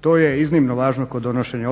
To je iznimno važno kod donošenja